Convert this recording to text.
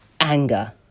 anger